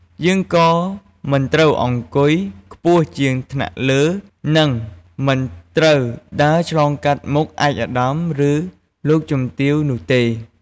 យើងក៏មិនត្រូវអង្គុយខ្ពស់ជាងថ្នាក់លើ និងមិនត្រូវដើរឆ្លងកាត់មុខឯកឧត្តម ឬលោកជំទាវនោះទេ។